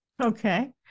Okay